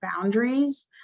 boundaries